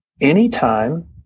anytime